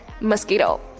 mosquito